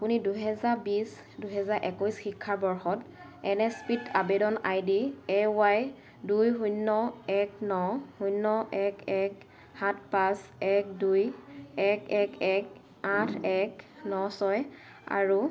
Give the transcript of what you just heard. আপুনি দুহেজাৰ বিছ দুহেজাৰ একৈছ শিক্ষাবৰ্ষত এন এছ পিত আবেদন আইডি এ ৱাই দুই শূন্য এক ন শূন্য এক এক সাত পাঁচ এক দুই এক এক এক আঠ এক ন ছয় আৰু